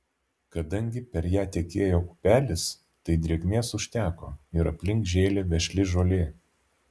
kadangi per ją tekėjo upelis tai drėgmės užteko ir aplink žėlė vešli žolė